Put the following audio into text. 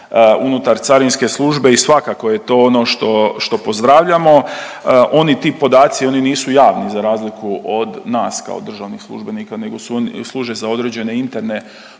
unutar Carinske službe i svakako je to ono što pozdravljamo. Oni, ti podaci oni nisu javni za razliku od nas kao državnih službenika, nego služe za određene interne potrebe